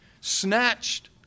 snatched